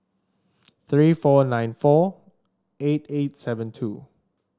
three four nine four eight eight seven two